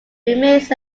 remains